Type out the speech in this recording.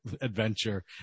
adventure